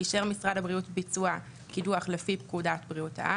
אישר משרד הבריאות ביצוע קידוח לפי פקודת בריאות העם,